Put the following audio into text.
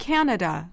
Canada